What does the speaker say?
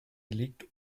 liegt